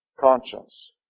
conscience